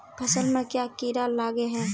फसल में क्याँ कीड़ा लागे है?